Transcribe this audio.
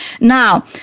Now